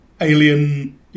alien